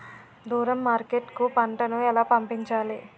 దూరం మార్కెట్ కు పంట ను ఎలా పంపించాలి?